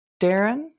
Darren